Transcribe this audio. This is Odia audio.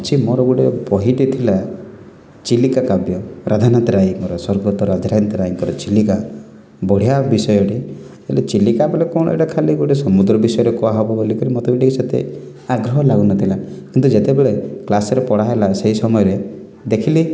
ମୋର ଗୋଟେ ବହିଟେ ଥିଲା ଚିଲିକା କାବ୍ୟ ରାଧାନାଥ ରାୟଙ୍କର ସ୍ଵର୍ଗତଃ ରାଧାନାଥ ରାୟଙ୍କର ଚିଲିକା ବଢ଼ିଆ ବିଷୟଟେ ହେଲେ ଚିଲିକା ଖାଲି କ'ଣ ଏଇଟା ଗୋଟେ ସମୁଦ୍ର ବିଷୟରେ କୁହା ହେବ ବୋଲି କିରି ମୋତେ ବି ଟିକେ ସେତେ ଆଗ୍ରହ ଲାଗୁ ନଥିଲା କିନ୍ତୁ ଯେତେବେଳେ କ୍ଲାସ୍ରେ ପଢ଼ା ହେଲା ସେଇ ସମୟରେ ଦେଖିଲି